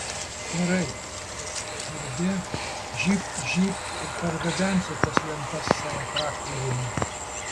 gerai girdi žybt žybt ir pargabensiu tas lentas savo traktoriumi